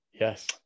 Yes